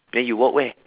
then you walk where